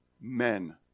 Men